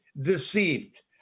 deceived